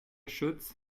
schütz